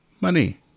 money